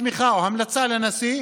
בתמיכה או המלצה, לנשיא,